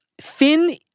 Finn